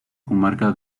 comarca